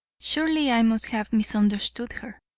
surely i must have misunderstood her,